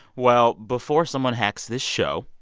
well, before someone hacks this show,